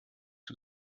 who